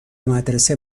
مدرسه